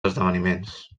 esdeveniments